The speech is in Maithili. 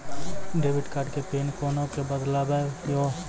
डेबिट कार्ड के पिन कोना के बदलबै यो?